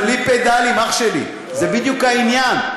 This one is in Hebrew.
זה בלי פדלים, אח שלי, זה בדיוק העניין.